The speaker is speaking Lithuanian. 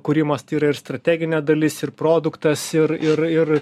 kūrimas tai yra ir strateginė dalis ir produktas ir ir ir